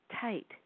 tight